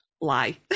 lie